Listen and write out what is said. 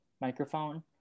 microphone